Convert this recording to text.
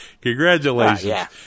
Congratulations